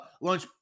lunch